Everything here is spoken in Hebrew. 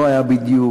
מה לא היה בדיוק.